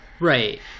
Right